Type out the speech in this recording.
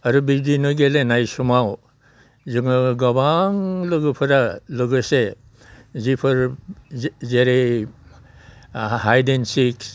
आरो बिदिनो गेलेनाय समाव जोङो गोबां लोगोफोरा लोगोसे जिफोर जेरै हायद एन्ड सिक